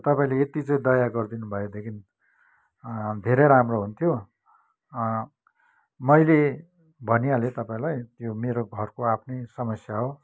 तपाईँले यति चाहिँ दया गरिदिनु भएदेखि धेरै राम्रो हुन्थ्यो मैले भनिहालेँ तपाईँलाई त्यो मेरो घरको आफ्नै समस्या हो